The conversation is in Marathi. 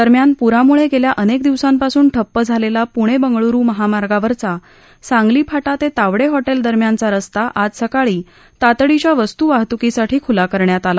दरम्यान पुरामुळे गेल्या अनेक दिवसांपासून ठप्प झालेला पुणे बंगळुरु महामार्गावरचा सांगली फाटा ते तावडे हॉटेल दरम्यानचा रस्ता आज सकाळी तातडीच्या वस्तू वाहतुकीसाठी खुला करण्यात आला